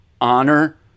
honor